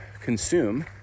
consume